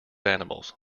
animals